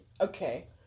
Okay